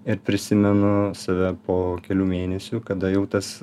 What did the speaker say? ir prisimenu save po kelių mėnesių kada jau tas